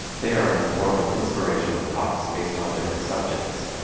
they are in the form of inspirational talks based on different subjects.